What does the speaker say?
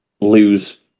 lose